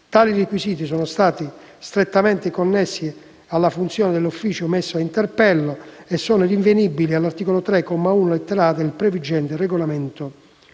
Tali requisiti sono strettamente connessi alle funzioni dell'ufficio messo a interpello e sono rinvenibili nell'articolo 3, comma 1, lettera *a)* del previgente regolamento